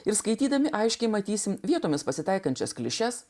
ir skaitydami aiškiai matysime vietomis pasitaikančias klišes